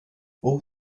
all